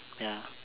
ya